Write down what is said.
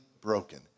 broken